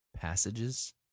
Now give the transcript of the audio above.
passages